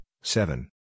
seven